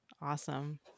Awesome